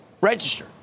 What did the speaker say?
Register